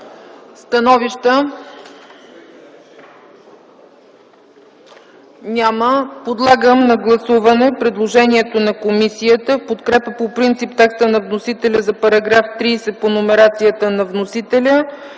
не е прието. Подлагам на гласуване предложението на комисията в подкрепа по принцип текста на вносителя за § 30 по номерацията на вносителя,